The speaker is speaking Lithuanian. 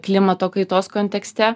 klimato kaitos kontekste